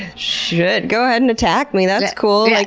shit, go ahead and attack me. that's cool, like